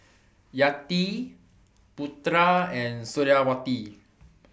Yati Putra and Suriawati